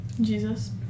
Jesus